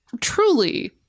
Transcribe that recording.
truly